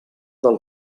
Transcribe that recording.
del